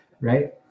right